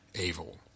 evil